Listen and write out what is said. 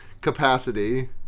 Capacity